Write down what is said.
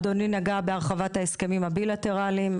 אדוני נגע בהרחבת ההסכמים הבילטרליים,